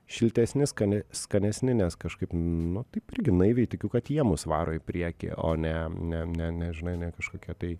šiltesni skane skanesni nes kažkaip nu taip irgi naiviai tikiu kad jie mus varo į priekį o ne ne ne ne žinai ne kažkokie tai